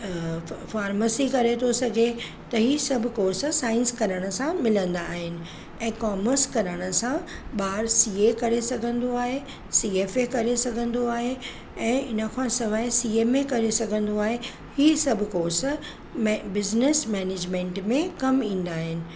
pharmacy करे थो सघे त इहे सभु कोर्सिस साइंस करण सां मिलंदा आहिनि ऐं कॉर्मस करण सां ॿार सीए करे सघंदो आहे सीएफए करे सघंदो आहे ऐं इनखां सवाइ सीएमए करे सघंदो आहे इहे सभु कोर्स मे बिज़नस मेनेजमेंट में कमु ईंदा आहिनि